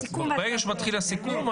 09:00 סוכם.